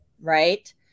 right